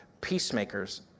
peacemakers